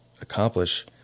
accomplish